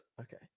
Okay